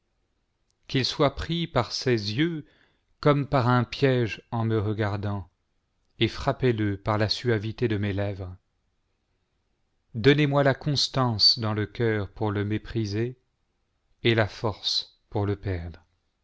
qu'il soit pris par ses yeux comme par un piège en me regardant et fi'appez-le par la suavité de mes lèvres donnez-moi la constance dans le cœur pour le mépriser et la force pour le perdre